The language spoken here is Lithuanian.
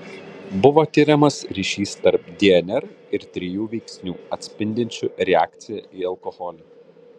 buvo tiriamas ryšys tarp dnr ir trijų veiksnių atspindinčių reakciją į alkoholį